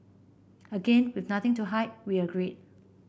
again with nothing to hide we agreed